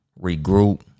regroup